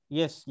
yes